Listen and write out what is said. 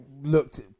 looked